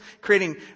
creating